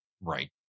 Right